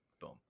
Boom